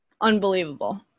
Unbelievable